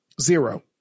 Zero